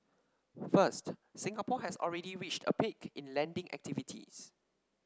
first Singapore has already reached a peak in lending activities